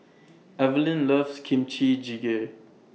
Evelyne loves Kimchi Jjigae